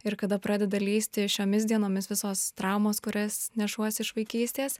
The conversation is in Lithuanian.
ir kada pradeda lįsti šiomis dienomis visos traumos kurias nešuosi iš vaikystės